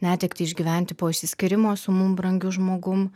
netektį išgyventi po išsiskyrimo su mum brangiu žmogum